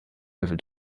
level